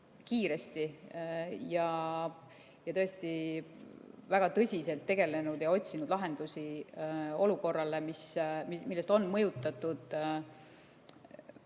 kiiresti ja tõesti väga tõsiselt tegelenud ja otsinud lahendusi olukorrale, millest on mõjutatud